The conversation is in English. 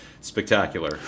spectacular